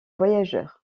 voyageurs